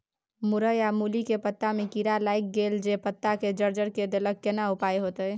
मूरई आ मूली के पत्ता में कीरा लाईग गेल जे पत्ता के जर्जर के देलक केना उपाय होतय?